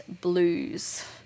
blues